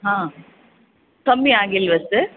ಹಾಂ ಕಮ್ಮಿ ಆಗಿಲ್ಲವಾ ಸರ್